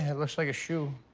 ah looks like a shoe.